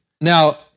Now